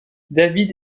david